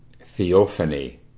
Theophany